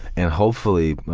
and hopefully